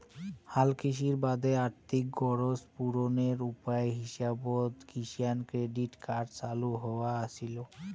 হালকৃষির বাদে আর্থিক গরোজ পূরণের উপায় হিসাবত কিষাণ ক্রেডিট কার্ড চালু হয়া আছিল